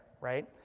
right